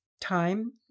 Time